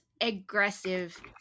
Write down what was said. aggressive